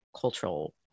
cultural